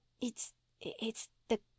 It's—it's—the